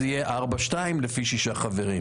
כך שזה יהיה ארבעה-שניים לפי שישה חברים.